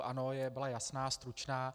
Ano, byla jasná, stručná.